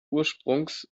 ursprungs